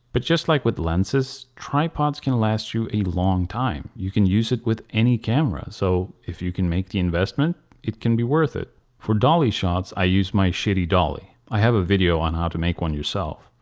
but just like with lenses, tripods can last you a long time. you can use it with any camera so if you can make the investment it can be worth it. for dolly shots i use my shitty dolly. i have a video on how to make one yourself.